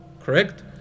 Correct